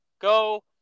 go